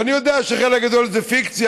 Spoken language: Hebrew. ואני יודע שחלק גדול זה פיקציה,